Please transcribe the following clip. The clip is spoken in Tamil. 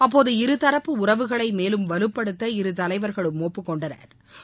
அப்போது இருதரப்பு உறவுகளை மேலும் வலுப்படுத்த இரு தலைவா்களும் ஒப்புக்கொண்டனா்